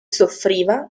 soffriva